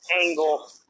angle